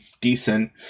decent